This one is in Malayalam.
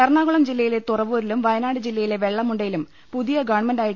എറണാകുളം ജില്ലയിലെ തുറവൂരിലും വയനാട് ജില്ലയിലെ വെള്ളമുണ്ടയിലും പുതിയ ഗവൺമെന്റ് ഐ